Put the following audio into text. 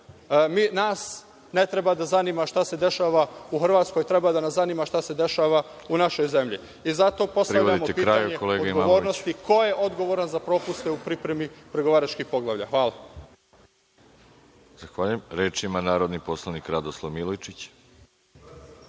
nas ne treba da zanima šta se dešava u Hrvatskoj, treba da nas zanima šta se dešava u našoj zemlji. Zato postavljamo pitanje odgovornosti, ko je odgovoran za propuste u pripremi pregovaračkih poglavlja. Hvala. **Veroljub Arsić** Zahvaljujem. Reč ima narodni poslanik Radoslav Milojičić.